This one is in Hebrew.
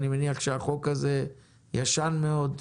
אני מניח שהחוק הקיים הוא ישן מאוד,